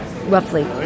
roughly